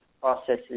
processes